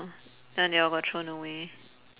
and ya got thrown away